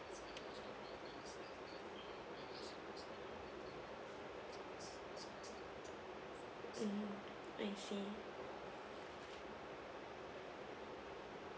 mmhmm I see